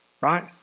right